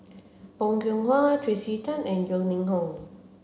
Bong Hiong Hwa Tracey Tan and Yeo Ning Hong